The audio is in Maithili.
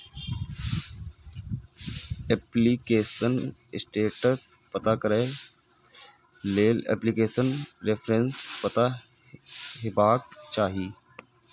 एप्लीकेशन स्टेटस पता करै लेल एप्लीकेशन रेफरेंस पता हेबाक चाही